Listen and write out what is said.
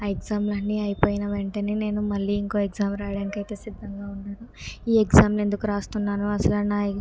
ఆ ఎగ్జాములు అన్ని అయిపోయిన వెంటనే నేను మళ్ళీ ఇంకో ఎగ్జామ్ రాయడానికి అయితే సిద్ధంగా ఉన్నాను ఈ ఎగ్జామ్లు ఎందుకు రాస్తున్నాను అసలు నా